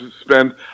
spend